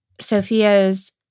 Sophia's